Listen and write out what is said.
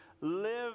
live